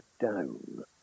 down